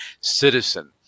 citizen